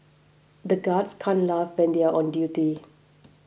the guards can't laugh when they are on duty